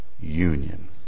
union